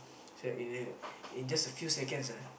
so that in a in just a few seconds ah